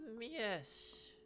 Yes